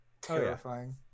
Terrifying